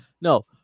no